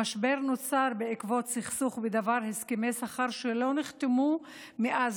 המשבר נוצר בעקבות סכסוך בדבר הסכמי שכר שלא נחתמו מאז